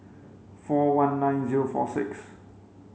four one nine zero four six